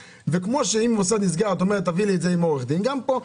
כמו שאת אומרת: תביאי לי את זה עם עורך דין גם פה.